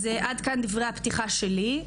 עד כאן דברי הפתיחה שלי.